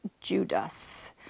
Judas